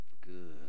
good